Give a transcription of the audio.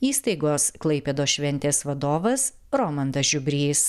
įstaigos klaipėdos šventės vadovas romandas žiubrys